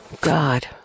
God